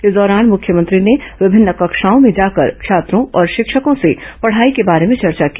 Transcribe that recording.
इस दौरान मुख्यमंत्री ने विभिन्न कक्षाओं में जाकर छात्रों और शिक्षकों से पढ़ाई के बारे में चर्चा की